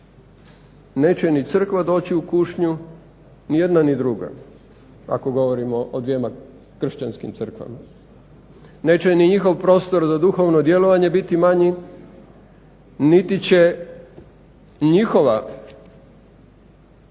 neće ni crkva doći u kušnju ni jedna ni druga ako govorimo o dvjema kršćanskim crkvama. Neće ni njihov prostor za duhovno djelovanje biti manji niti će njihova